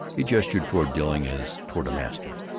he gestured toward dilling as toward a master.